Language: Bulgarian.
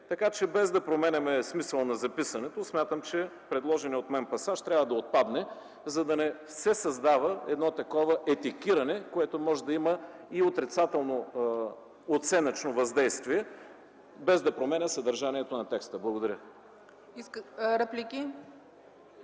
Така че, без да променяме смисъла на записаното, смятам че предложеният от мен пасаж трябва да отпадне, за да не се създава такова етикиране, което може да има и отрицателно оценъчно въздействие, без да променя съдържанието на текста. Благодаря.